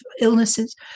illnesses